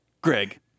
Greg